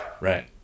Right